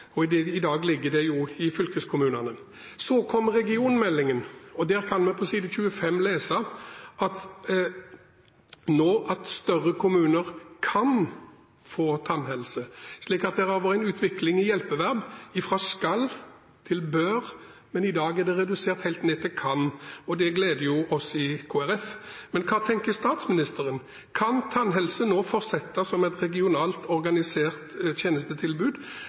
og i dag ligger det i fylkeskommunene. Så kom regionmeldingen, og der kan vi på side 25 lese at større kommuner «kan» få ansvar for tannhelse, slik at det har vært en utvikling i hjelpeverb fra «skal» til «bør», men i dag er det redusert helt ned til «kan», og det gleder jo oss i Kristelig Folkeparti. Men hva tenker statsministeren? Kan tannhelsetjenesten nå fortsette som et regionalt organisert tjenestetilbud,